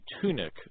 tunic